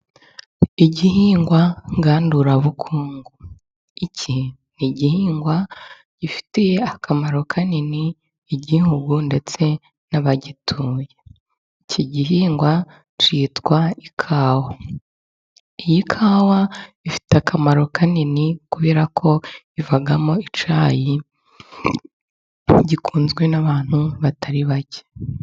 Igihingwa ngandurabukungu. Iki ni igihingwa gifitiye akamaro kanini igihugu, ndetse n'abagituye. Iki gihingwa cyitwa ikawa. Iyi kawa ifite akamaro kanini, kubera ko ivamo icyayi gikunzwe n'abantu batari bake.